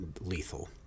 lethal